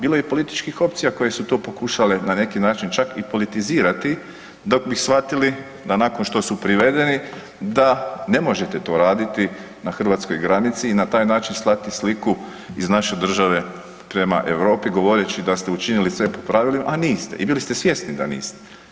Bilo je i političkih opcija koje su to pokušale na neki način čak i politizirati dok bi shvatili da nakon što su privedeni da ne možete to raditi na hrvatskoj granici i na taj način slati sliku iz naše države prema Europi govoreći da ste učinili sve po pravilima a niste i bili ste svjesni da niste.